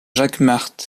jacquemart